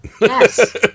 Yes